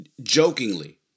jokingly